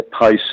pace